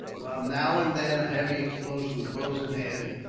while now and then a heavy explosion, close at hand,